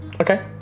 Okay